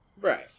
Right